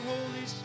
Holy